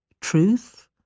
truth